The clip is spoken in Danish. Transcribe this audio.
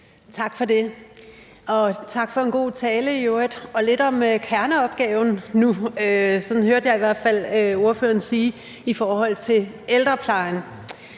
Tak for det, og tak for en god tale i øvrigt. Og nu lidt om kerneopgaven – sådan hørte jeg i hvert fald ordføreren sige det i forhold til ældreplejen.